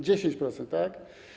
10%, tak?